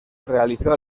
realizó